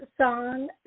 song